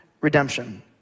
redemption